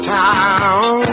town